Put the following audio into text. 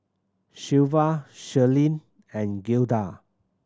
Shelva Shirleen and Gilda